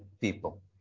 people